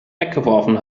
weggeworfen